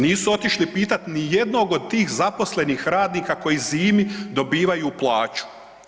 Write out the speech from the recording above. Nisu otišli pitati ni jednog od tih zaposlenih radnika koji zimi dobivaju plaću.